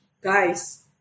guys